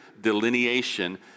delineation